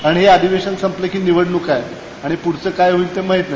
आणि हे अधिवेशन संपलं की निवडणूका आहेत आणि पुढचं काय होईल ते माहीत नाही